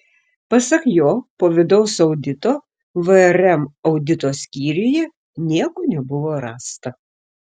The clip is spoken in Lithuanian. pasak jo po vidaus audito vrm audito skyriuje nieko nebuvo rasta